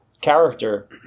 character